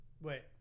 Wait